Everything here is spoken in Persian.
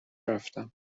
رفتم